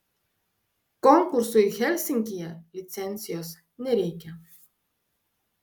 konkursui helsinkyje licencijos nereikia